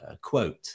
quote